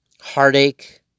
heartache